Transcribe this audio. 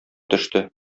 төште